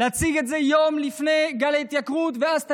להציג את זה יום לפני גל ההתייקרות ואז תגידו: